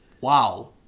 wow